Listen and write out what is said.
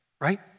right